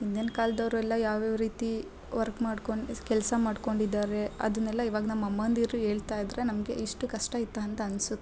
ಹಿಂದಿನ ಕಾಲದವ್ರೆಲ್ಲ ಯಾವ್ಯಾವ ರೀತಿ ವರ್ಕ್ ಮಾಡ್ಕೊಂಡ್ ಕೆಲಸ ಮಾಡ್ಕೊಂಡು ಇದ್ದಾರೆ ಅದನ್ನೆಲ್ಲ ಇವಾಗ ನಮ್ಮ ಅಮ್ಮಂದಿರು ಹೇಳ್ತಾ ಇದ್ದರೆ ನಮಗೆ ಇಷ್ಟು ಕಷ್ಟ ಇತ್ತು ಅಂತ ಅನಿಸುತ್ತೆ